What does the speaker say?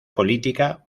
política